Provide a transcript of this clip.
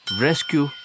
rescue